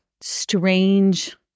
strange